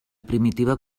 primitiva